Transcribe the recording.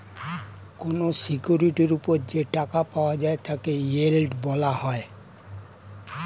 কোন সিকিউরিটির উপর যে টাকা পাওয়া যায় তাকে ইয়েল্ড বলা হয়